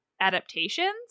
adaptations